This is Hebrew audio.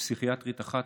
ופסיכיאטרית אחת,